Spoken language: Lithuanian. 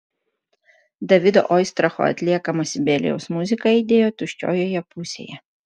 davido oistracho atliekama sibelijaus muzika aidėjo tuščiojoje pusėje